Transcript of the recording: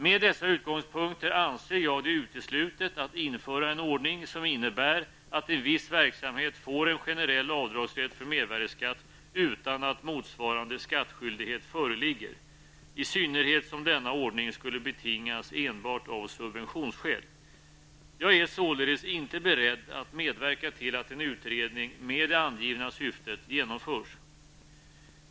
Med dessa utgångspunkter anser jag det uteslutet att införa en ordning som innebär att en viss verksamhet får en generell avdragsrätt för mervärdeskatt utan att motsvarande skattskyldighet föreligger, i synnerhet som denna ordning skulle betingas enbart av subventionsskäl. Jag är således inte beredd att medverka till att en utredning med det angivna syftet genomförs.